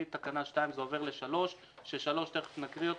מתקנה (2) זה עובר ל-(3), ואת (3) תיכף נקריא.